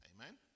Amen